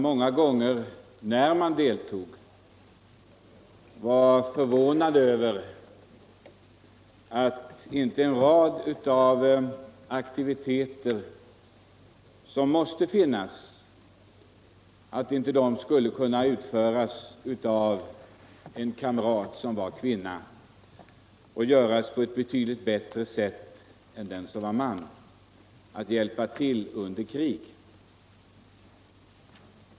Jag var många gånger förvånad över att en rad aktiviteter som måste finnas inte kunde skötas av en kamrat som var kvinna — hon skulle säkerligen sköta den på ett betydligt bättre sätt än en man.